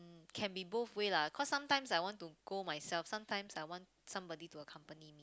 can be both way lah cause sometimes I want to go myself sometimes I want somebody to accompany